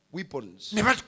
Weapons